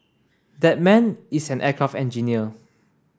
that man is an aircraft engineer